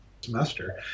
semester